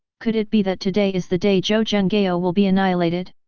could it be that today is the day zhou zhenghao ah will be annihilated?